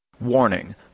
Warning